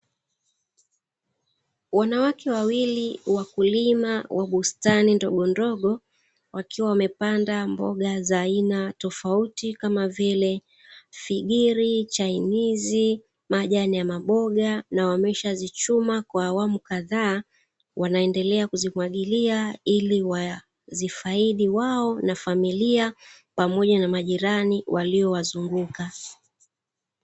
Wanawake wawili wakulima wa bustani ndogondogo wakiwa wamepanda mboga za aina tofauti kama vile: figiri, chainizi, majani ya maboga na wameshazichuma kwa awamu kadhaa wanaendelea kuzimwagilia, ili wazifaidi wao na familia pamoja na majirani waliowazunguka.